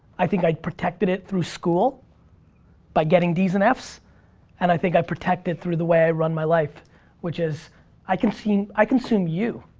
i think i protected it through school by getting d's and f's and i think i protected through the way i run my life which is i consume i consume you.